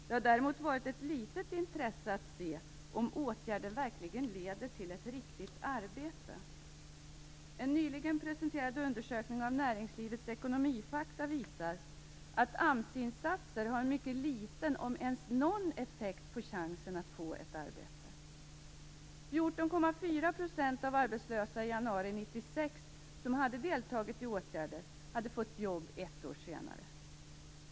Det har däremot varit ett litet intresse för att se om åtgärden verkligen leder till ett riktigt arbete. En nyligen presenterad undersökning gjord av Näringslivets ekonomifakta visar att AMS-insatser har mycket liten effekt, om ens någon, på chansen att få ett arbete. 14,4 % av arbetslösa januari 1996 som hade deltagit i åtgärder hade fått jobb ett år senare.